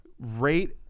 rate